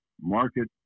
market